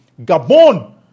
Gabon